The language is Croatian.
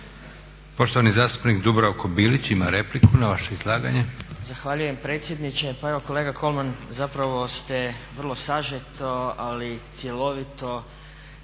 Poštovani zastupnik Dubravko Bilić ima repliku na vaše izlaganje.